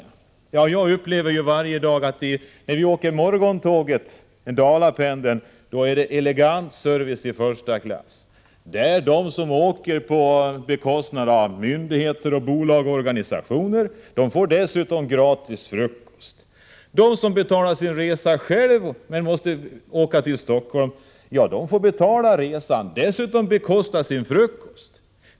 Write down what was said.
När jag åker Dalapendeln på morgnarna kan jag konstatera att det är elegant service i första klass. Där bekostas resorna av myndigheter, bolag och organisationer. De resande får dessutom gratis frukost. De som däremot själva betalar sin resa till Stockholm får bekosta sin frukost.